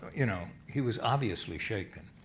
you know, he was obviously shaken,